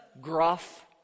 Gruff